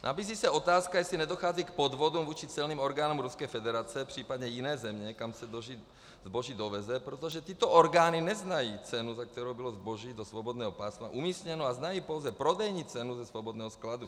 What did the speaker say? Nabízí se otázka, jestli nedochází k podvodům vůči celním orgánům Ruské federace, případně jiné země, kam se zboží doveze, protože tyto orgány neznají cenu, za kterou bylo zboží do svobodného pásma umístěno, a znají pouze prodejní cenu ze svobodného skladu.